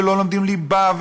ולא לומדים ליבה,